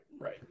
right